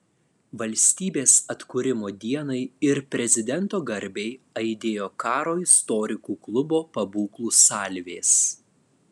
valstybės atkūrimo dienai ir prezidento garbei aidėjo karo istorikų klubo pabūklų salvės